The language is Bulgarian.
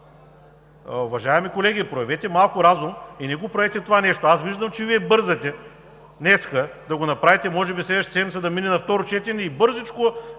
Уважаеми колеги, проявете малко разум и не го правете това нещо. Аз виждам, че Вие бързате днес да го направите, може би следващата седмица да мине на второ четене и бързичко